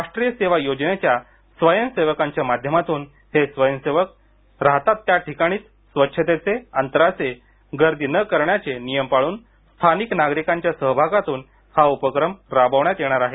राष्ट्रीय सेवा योजनेच्या स्वयंसेवकांच्या माध्यमातून हे स्वयंसेवक राहतात त्या ठिकाणीच स्वच्छतेचे अंतराचे गर्दी न करण्याचे नियम पाळून स्थानिक नागरिकांच्या सहभागातून हा उपक्रम राबवण्यात येणार आहे